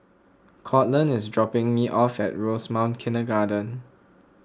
Courtland is dropping me off at Rosemount Kindergarten